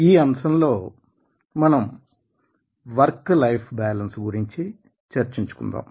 ఈ అంశం లో మనం వర్క్ లైఫ్ బ్యాలెన్స్ గురించి చర్చించుకుందాం